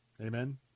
Amen